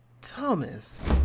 Thomas